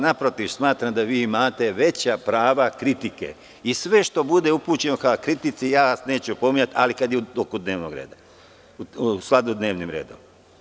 Naprotiv, smatram da vi imate veća prava kritike i sve što bude upućeno ka kritici, ja vas neću opominjati, ali kad je u skladu sa dnevnim redom.